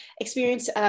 experience